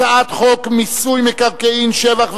הצעת חוק מיסוי מקרקעין (שבח ורכישה)